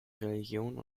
religion